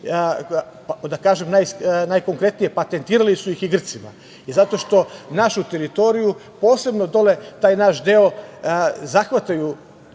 da kažem najkonkretnije, patentirali su ih Grcima zato što našu teritoriju, posebno dole taj naš zahvata